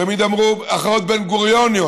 תמיד אמרו: הכרעות בן-גוריוניות.